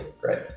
Great